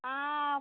हाँ